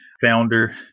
founder